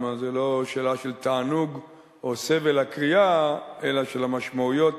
זה לא שאלה של תענוג או סבל הקריאה אלא של המשמעויות